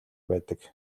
байдаг